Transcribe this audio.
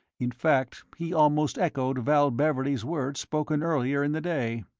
in fact, he almost echoed val beverley's words spoken earlier in the day.